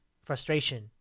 frustration